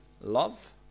love